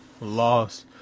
lost